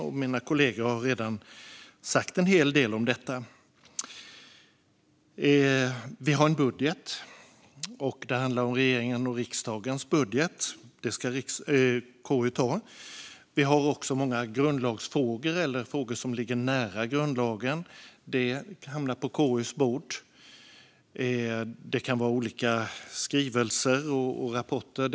Mina kollegor har redan sagt en hel del om detta. Vi har en budget, och det handlar om regeringens och riksdagens budget. Det ska KU ta. Vi har också många grundlagsfrågor eller frågor som ligger nära grundlagen. Det hamnar på KU:s bord. Det kan vara olika skrivelser och rapporter.